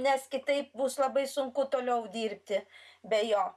nes kitaip bus labai sunku toliau dirbti be jo